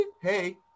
hey